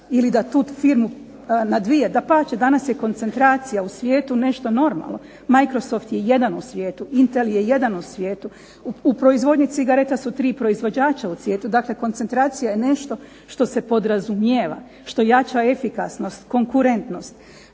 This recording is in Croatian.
ili da tu firmu na dvije. Dapače, danas je koncentracija u svijetu nešto normalno. Microsoft je jedan u svijetu, Intel je jedan u svijetu. U proizvodnji cigareta su tri proizvođača u svijetu. Dakle, koncentracija je nešto što se podrazumijeva, što jača efikasnost, konkurentnost.